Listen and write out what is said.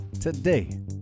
today